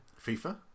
FIFA